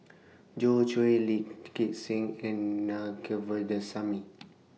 Joi Chua Lee Gek Seng and Naa Govindasamy